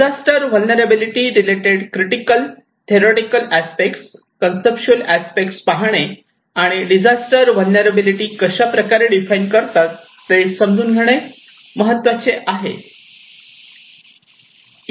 disaster vulnerability related critical theoretical aspect conceptual aspect पाहणे आणि disaster vulnerability कशाप्रकारे define करतात ते समजून घेणे महत्त्वाचे आहे